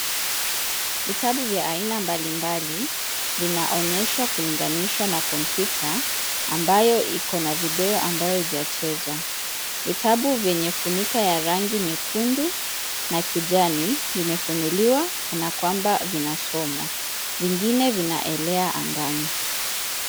Vitabu vya aina mbalimbali vinaonyeshwa kulinganishwa na kompyuta ambayo ikona video ambayo haijachezwa. Vitabu vyenye funika ya rangi nyekundu na kijani limefunuliwa kana kwamba vinasomwa, vingine vinaelea angani.